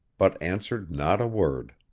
but answered not a word.